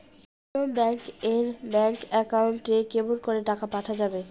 অন্য ব্যাংক এর bank account এ কেমন করে টাকা পাঠা যাবে?